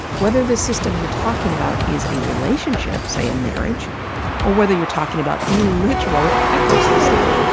whether the system you're talking about is a relationship say, a marriage or whether you're talking about the literal ecosystem.